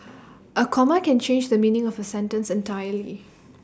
A comma can change the meaning of A sentence entirely